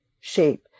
shape